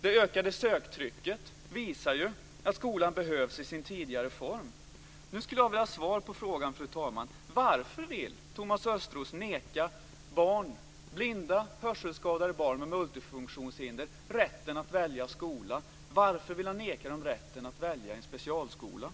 Det ökade söktrycket visar ju att skolan behövs i sin tidigare form. Nu skulle jag vilja ha svar på frågan, fru talman: